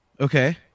Okay